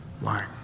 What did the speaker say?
Lying